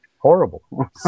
Horrible